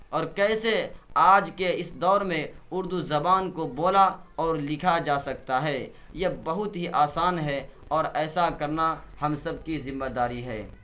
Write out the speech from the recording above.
اور کیسے آج کے اس دور میں اردو زبان کو بولا اور لکھا جا سکتا ہے یہ بہت ہی آسان ہے اور ایسا کرنا ہم سب کی ذمہ داری ہے